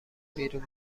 بیرون